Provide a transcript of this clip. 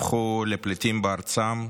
הפכו לפליטים בארצם,